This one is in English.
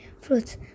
fruits